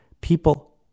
People